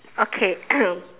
okay